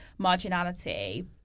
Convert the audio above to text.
marginality